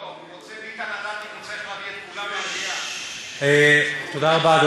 לא, ביטן רוצה לדעת אם הוא צריך להביא, תודה רבה.